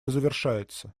завершается